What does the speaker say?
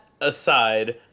aside